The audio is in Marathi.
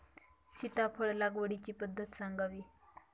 सीताफळ लागवडीची पद्धत सांगावी?